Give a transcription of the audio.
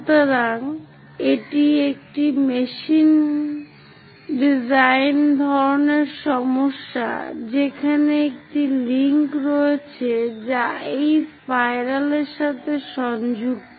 সুতরাং এটি একটি মেশিন ডিজাইন ধরনের সমস্যা যেখানে একটি লিঙ্ক রয়েছে যা এই স্পাইরালের সাথে সংযুক্ত